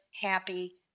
happy